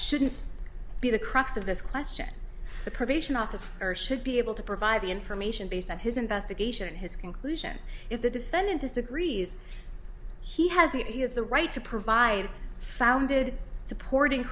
shouldn't be the crux of this question the probation officer should be able to provide the information based on his investigation his conclusion if the defendant disagrees he hasn't he has the right to provide founded supporting